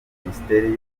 minisiteri